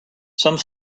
some